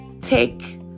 Take